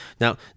Now